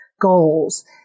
goals